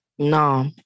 No